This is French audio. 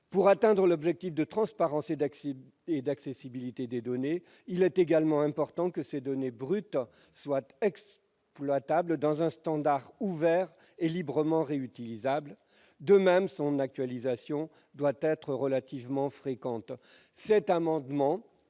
Pour atteindre l'objectif de transparence et d'accessibilité des données, il importe également que ces données brutes soient exploitables dans un standard ouvert et librement réutilisable. En outre, leur actualisation devra être relativement fréquente.